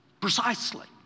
Precisely